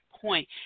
point